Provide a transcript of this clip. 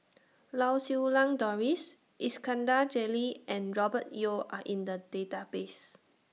Lau Siew Lang Doris Iskandar Jalil and Robert Yeo Are in The Database